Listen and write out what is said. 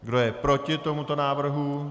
Kdo je proti tomuto návrhu?